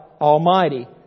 Almighty